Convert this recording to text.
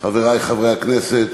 חברי חברי הכנסת,